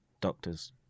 doctors